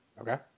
Okay